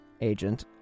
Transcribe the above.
agent